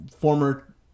former